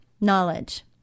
Knowledge